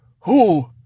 Who